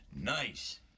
nice